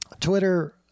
Twitter